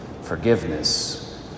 forgiveness